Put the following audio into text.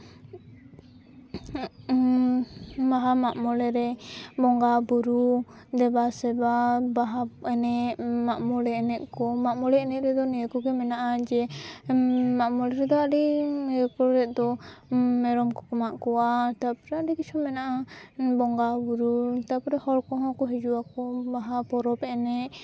ᱵᱟᱦᱟ ᱢᱟᱜ ᱢᱚᱬ ᱨᱮ ᱵᱚᱸᱜᱟ ᱵᱳᱨᱳ ᱫᱮᱵᱟᱥᱮᱵᱟ ᱵᱟᱦᱟ ᱮᱱᱮᱡ ᱢᱟᱜ ᱢᱚᱬᱮ ᱮᱱᱮᱡ ᱠᱚ ᱢᱟᱜ ᱢᱚᱬᱮ ᱮᱱᱮᱡ ᱨᱮᱫᱚ ᱱᱤᱭᱟᱹ ᱠᱚᱜᱮ ᱢᱮᱱᱟᱜᱼᱟ ᱡᱮ ᱢᱟᱜ ᱢᱚᱬᱮ ᱨᱮᱫᱚ ᱟᱹᱰᱤ ᱤᱭᱟᱹ ᱠᱚ ᱦᱩᱭᱩᱜ ᱫᱚ ᱢᱮᱨᱚᱢ ᱠᱚᱠᱚ ᱢᱟᱜ ᱠᱚᱣᱟ ᱛᱟᱯᱚᱨᱮ ᱟᱹᱰᱤ ᱠᱤᱪᱷᱩ ᱢᱮᱱᱟᱜᱼᱟ ᱵᱚᱸᱜᱟ ᱵᱳᱨᱳ ᱛᱟᱯᱚᱨᱮ ᱦᱚᱲ ᱠᱚᱦᱚᱸ ᱠᱚ ᱦᱤᱡᱩᱜᱼᱟ ᱠᱚ ᱵᱟᱦᱟ ᱯᱚᱨᱚᱵᱽ ᱮᱱᱮᱡ